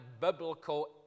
biblical